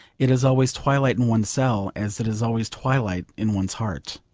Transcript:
it is always twilight in one's cell, as it is always twilight in one's heart.